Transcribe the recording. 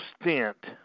stint